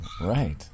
Right